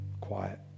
Quiet